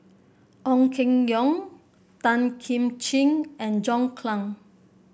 Ong Keng Yong Tan Kim Ching and John Clang